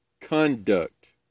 conduct